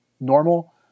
normal